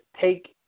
take